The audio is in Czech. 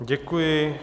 Děkuji.